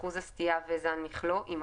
"אחוז הסטיה" ו-"זן מכלוא" יימחקו.